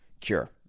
cure